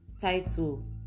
title